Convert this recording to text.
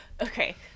Okay